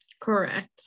correct